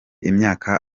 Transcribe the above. imyaka